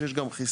שיש גם חיסרון.